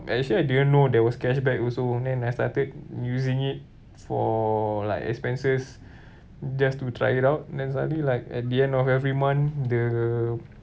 actually I didn't know there was cashback also and then I started using it for like expenses just to try it out then suddenly like at the end of every month the